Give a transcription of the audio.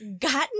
gotten